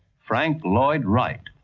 frank lloyd wright,